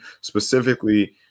specifically